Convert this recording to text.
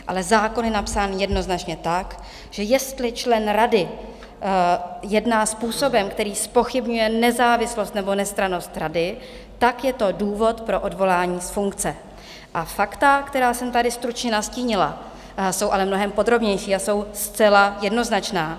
Ale zákon je napsán jednoznačně tak, že jestli člen rady jedná způsobem, který zpochybňuje nezávislost nebo nestrannost rady, tak je to důvod pro odvolání z funkce, a fakta, která jsem tady stručně nastínila, jsou ale mnohem podrobnější a jsou zcela jednoznačná.